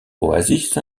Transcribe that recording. oasis